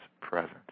presence